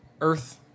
earth